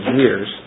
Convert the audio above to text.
years